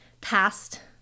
past